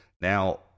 Now